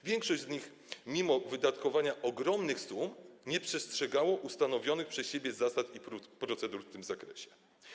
Większość z nich mimo wydatkowania ogromnych sum nie przestrzegało ustanowionych przez siebie zasad i procedur w tym zakresie.